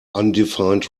undefined